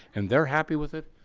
and they're happy with it.